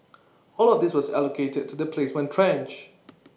all of this was allocated to the placement tranche